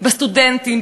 בסטודנטים,